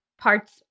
parts